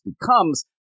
becomes